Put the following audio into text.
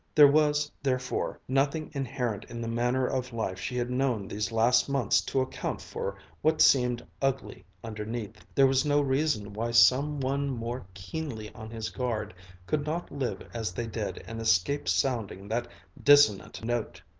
there was, therefore, nothing inherent in the manner of life she had known these last months to account for what seemed ugly underneath. there was no reason why some one more keenly on his guard could not live as they did and escape sounding that dissonant note!